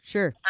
Sure